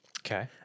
Okay